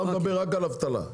אתה מדבר רק על אבטלה.